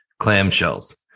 clamshells